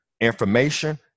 Information